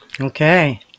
okay